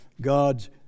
God's